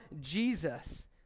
Jesus